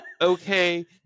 okay